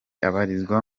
abarizwa